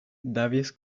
davies